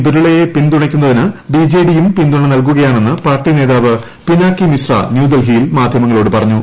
ബിർളയെ പിന്തുണയ്ക്കുന്നതിന് ബിജെഡിയും പിന്തുണ നല്കുകയാണെന്ന് പാർട്ടി നേതാവ് പിനാകി മിശ്ര ന്യൂഡൽഹിയിൽ മാധ്യമങ്ങളോട് പറഞ്ഞു